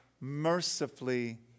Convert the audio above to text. mercifully